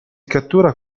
cattura